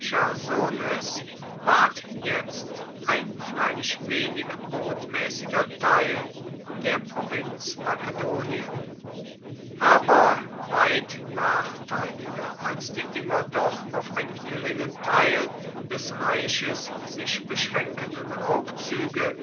jetzt ein freilich wenig botmäßiger teil der provinz makedonien aber weit nachteiliger als die immer doch auf einen geringen teil des reiches sich beschränkenden raubzüge